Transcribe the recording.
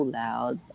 loud